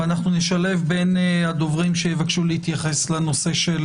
ואנחנו נשלב בין הדוברים שיבקשו להתייחס לנושא של